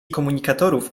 komunikatorów